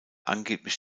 angeblich